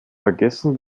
vergessen